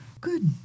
Good